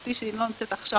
כפי שהיא לא נמצאת פה